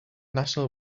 national